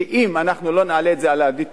כי אם אנחנו לא נעלה את זה על ה-DTT,